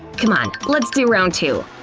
c'mon let's do round two!